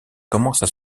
commencent